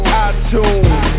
iTunes